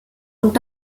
und